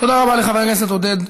תודה רבה לחבר הכנסת עודד פורר.